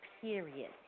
period